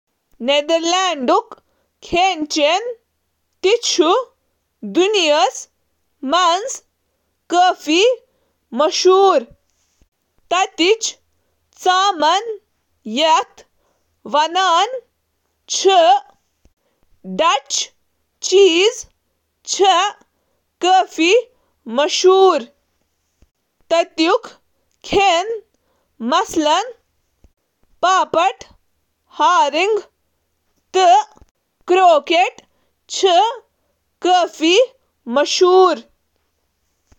ملکُک شمال مشرق چُھ پننہٕ مازٕ تہٕ ساسیج ,روکوارسٹ، میٹوارسٹ, تہٕ بھاری رائی روٹی خاطرٕ زاننہٕ یوان، مغربس منٛز گاڈٕ خاطرٕ ,تمباکو نوشی ایل، سوسڈ ہیرنگ،... ڈچ کھیٚنَس منٛز چھِ پنیر، مِٹھایہِ، ڈچ ایپل پای، تہٕ مزیدار تٔلِتھ کھیٚنُک اکھ خاص زمرٕ شٲمِل یتھ "بیئر سنیکس" ونان چھِ۔